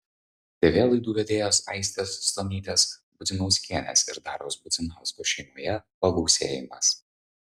tv laidų vedėjos aistės stonytės budzinauskienės ir dariaus budzinausko šeimoje pagausėjimas